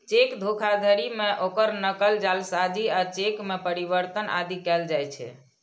cheque धोखाधड़ी मे ओकर नकल, जालसाजी आ चेक मे परिवर्तन आदि कैल जाइ छै